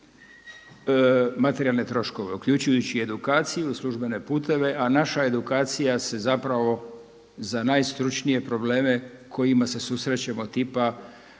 materijalne troškove uključujući i edukaciju, službene puteve. A naša edukacija se zapravo za najstručnije probleme kojima se susrećemo tipa